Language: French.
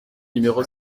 numéro